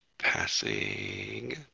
Passing